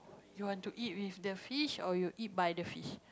you want to eat with the fish or you eat by the fish